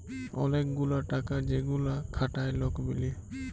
ওলেক গুলা টাকা যেগুলা খাটায় লক মিলে